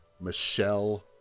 Michelle